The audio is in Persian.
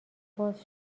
باز